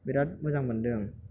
बिराद मोजां मोनदों